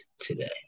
today